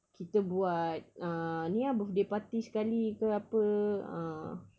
kita buat ah ni ah birthday party sekali ke apa ah